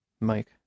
Mike